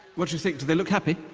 what do you think, do they look happy?